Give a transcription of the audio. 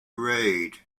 read